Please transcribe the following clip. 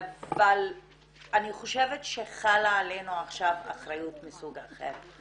אבל אני חושבת שחלה עלינו עכשיו אחריות מסוג אחר,